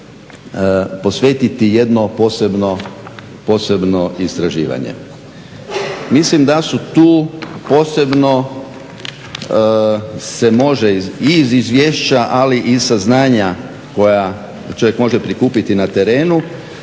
posvetiti jedno posebno istraživanje. Mislim da se tu posebno i iz izvješća, ali i saznanja koja čovjek može prikupiti na terenu